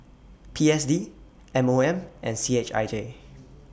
P S D M O M and C H I J